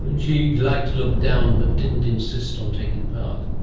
and she liked to look down but didn't insist on taking part.